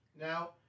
Now